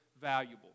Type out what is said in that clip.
valuable